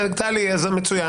אם היה כתוב ייעודה של התוכנית,